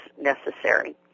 necessary